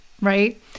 right